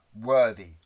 worthy